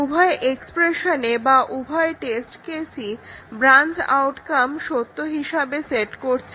উভয় এক্সপ্রেশনে বা উভয় টেস্ট কেসই ব্রাঞ্চ আউটকাম সত্য হিসাবে সেট করছে